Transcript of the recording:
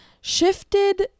shifted